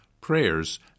prayers